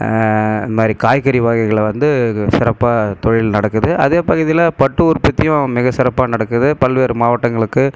இந்த மாரி காய்கறி வகைகளை வந்து சிறப்பாக தொழில் நடக்குது அதே பகுதியில் பட்டு உற்பத்தியும் மிக சிறப்பாக நடக்குது பல்வேறு மாவட்டங்களுக்கு